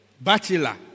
Bachelor